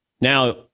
Now